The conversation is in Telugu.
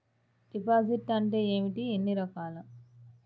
డిపాజిట్ అంటే ఏమిటీ ఎన్ని రకాలు?